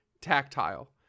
tactile